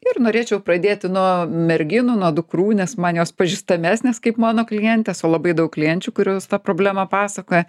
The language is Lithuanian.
ir norėčiau pradėti nuo merginų nuo dukrų nes man jos pažįstamesnės kaip mano klientės o labai daug klienčių kurios tą problemą pasakoja